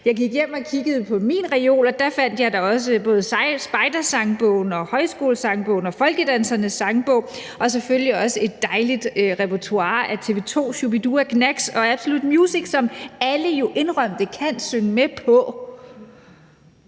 jeg gik hjem og kiggede på min reol, og der fandt jeg da også både »Spejdersangbogen«, »Højskolesangbogen« og Folkedansernes sangbog og selvfølgelig også et dejligt repertoire af TV-2, Shu-bi-dua, Gnags og Absolute Music, som alle jo – indrøm det – kan synge med på.